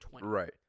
Right